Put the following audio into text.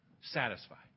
satisfied